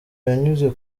yanyuze